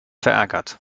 verärgert